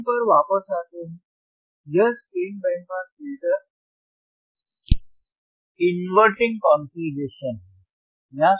screen पर वापस आते हैं यह सक्रिय band pass filter inverting configuration है